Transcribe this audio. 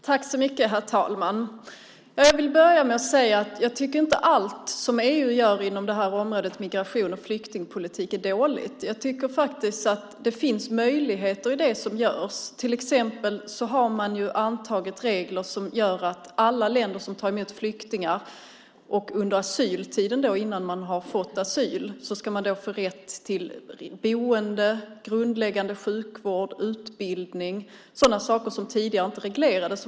Herr talman! Jag vill börja med att säga att jag inte tycker att allt EU gör inom området migration och flyktingpolitik är dåligt. Jag tycker faktiskt att det finns möjligheter i det som görs. Till exempel har man antagit regler som gör att flyktingar i alla de länder som tar emot flyktingar har, innan de har fått asyl, rätt till boende, till grundläggande sjukvård, utbildning, sådana saker som tidigare inte reglerades.